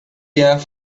jaar